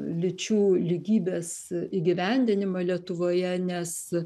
lyčių lygybės įgyvendinimą lietuvoje nes